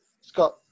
Scott